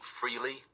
freely